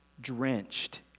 drenched